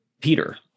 Peter